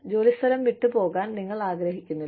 ജോലിസ്ഥലം വിട്ടുപോകാൻ നിങ്ങൾ ആഗ്രഹിക്കുന്നില്ല